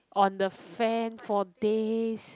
on the fan for days